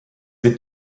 wird